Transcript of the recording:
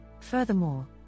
Furthermore